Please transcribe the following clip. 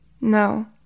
No